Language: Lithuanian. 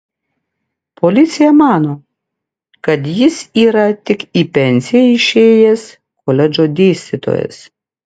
policija mano kad jis yra tik į pensiją išėjęs koledžo dėstytojas